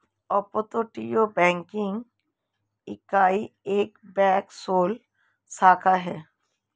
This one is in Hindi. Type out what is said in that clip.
अपतटीय बैंकिंग इकाई एक बैंक शेल शाखा है